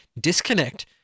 disconnect